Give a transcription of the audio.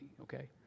Okay